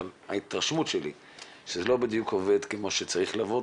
אבל ההתרשמות שלי היא שזה לא בדיוק עובד כפי שזה צריך לעבוד,